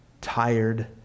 tired